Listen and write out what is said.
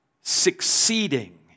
succeeding